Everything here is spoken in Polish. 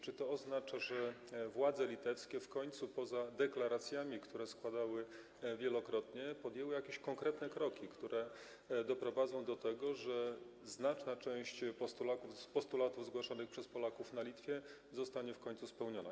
Czy to oznacza, że władze litewskie w końcu - poza deklaracjami, które wielokrotnie składały - podjęły jakieś konkretne kroki, które doprowadzą do tego, że znaczna część postulatów zgłaszanych przez Polaków na Litwie zostanie w końcu spełniona?